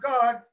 God